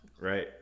right